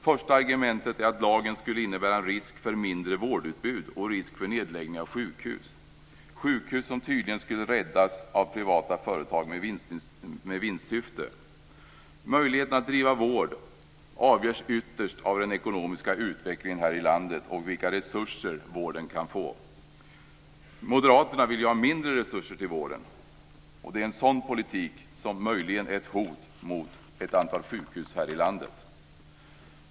Första argumentet är att lagen skulle innebära risk för mindre vårdutbud och risk för nedläggning av sjukhus. Det är sjukhus som tydligen skulle räddas av privata företag med vinstsyfte. Möjligheten att driva vård avgörs ytterst av den ekonomiska utvecklingen i landet och vilka resurser vården kan få. Moderaterna vill ha mindre resurser till vården. Det är en sådan politik som möjligen är ett hot mot ett antal sjukhus i landet.